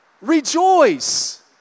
Rejoice